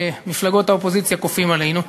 מפלגות האופוזיציה, כופים עלינו.